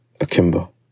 Akimbo